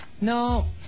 No